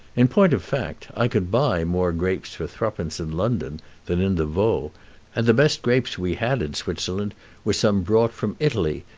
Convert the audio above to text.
in point of fact, i could buy more grapes for thruppence in london than in the vaud and the best grapes we had in switzerland were some brought from italy,